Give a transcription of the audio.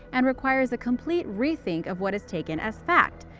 and requires a complete re-think of what is taken as fact.